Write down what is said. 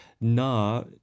Na